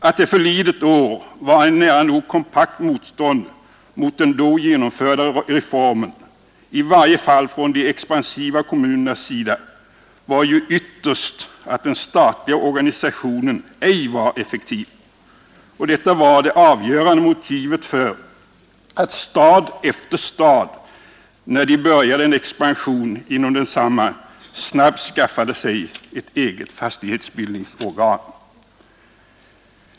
Att det förlidet år var ett nära nog kompakt motstånd mot den då genomförda reformen, i varje fall från de expansiva kommunernas sida, berodde ytterst på att den statliga organisationen ej var effektiv. Och detta var det avgörande motivet för att stad efter stad när en expansion började inom densamma snabbt skaffade sig ett eget fastighetsbildningsorgan.